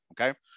okay